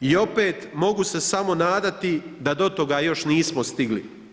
I opet, mogu se samo nadati da do ga još nismo stigli.